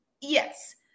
yes